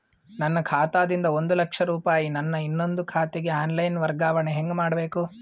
ನನ್ನ ಖಾತಾ ದಿಂದ ಒಂದ ಲಕ್ಷ ರೂಪಾಯಿ ನನ್ನ ಇನ್ನೊಂದು ಖಾತೆಗೆ ಆನ್ ಲೈನ್ ವರ್ಗಾವಣೆ ಹೆಂಗ ಮಾಡಬೇಕು?